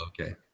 okay